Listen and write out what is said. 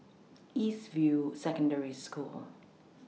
East View Secondary School